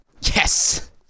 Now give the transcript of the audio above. Yes